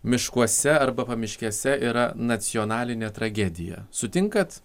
miškuose arba pamiškėse yra nacionalinė tragedija sutinkat